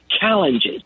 challenges